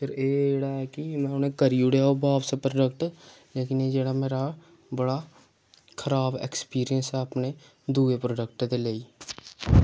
ते फिर एह् जेह्ड़ा की उनें बापस करी ओड़ेआ ओह् प्रोडक्ट कि एह् मेरा जेह्ड़ा बड़ा खराब एक्सपीरियंस हा अपना दूऐ प्रोडक्ट दे लेई